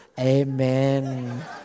Amen